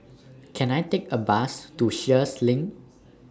Can I Take A Bus to Sheares LINK